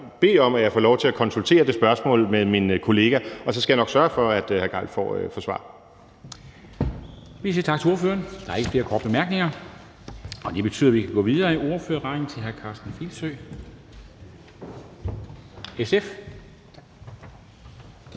bede om, at jeg får lov til at konsultere det spørgsmål med min kollega, og så skal jeg nok sørge for, at hr. Torsten Gejl får svar.